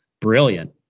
brilliant